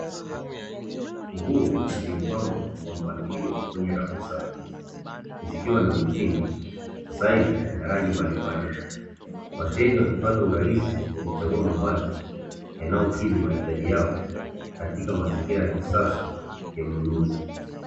Nguo zimepangwa kwa mpangilio kwenye rafu safi zikiwa na mitindo, saizi na rangi mbalimbali .Wateja wakipata urahisi wa kuchagua mavazi yanayokidhi mahitaji yao katika mazingira ya kisasa ya ununuzi.